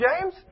James